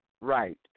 right